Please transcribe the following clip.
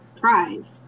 prize